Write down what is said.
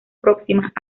próximas